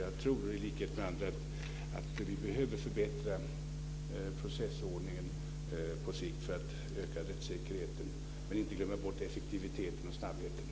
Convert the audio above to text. Jag tror i likhet med andra att vi på sikt behöver förbättra processordningen för att öka rättssäkerheten men inte heller får glömma bort effektiviteten och snabbheten.